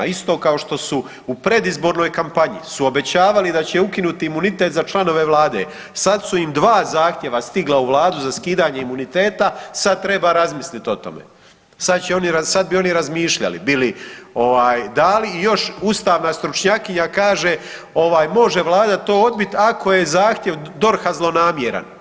Isto kao što su u predizbornoj kampanji su obećavali da će ukinuti imunitet za članove Vlade, sad su im dva zahtjeva stigla u Vladu za skidanje imuniteta sad treba razmislit o tome, sad bi oni razmišljali bi li dali i još ustavna stručnjakinja kaže može Vlada to odbiti ako je zahtjev DORH-a zlonamjeran.